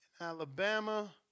Alabama